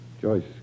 Joyce